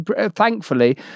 thankfully